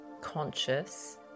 conscious